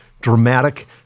dramatic